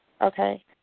Okay